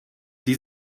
die